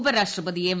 ഉപരാഷ്ട്രപതി എം